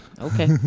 Okay